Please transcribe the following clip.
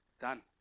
Done